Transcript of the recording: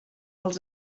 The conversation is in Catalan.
els